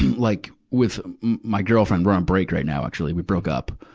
like with my girlfriend we're on break right now, actually we broke up.